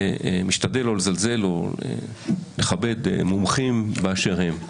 משתדל לא לזלזל אלא לכבד מומחים באשר הם.